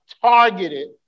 targeted